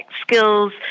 skills